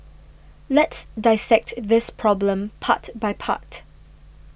let's dissect this problem part by part